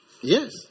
Yes